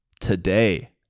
today